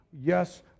Yes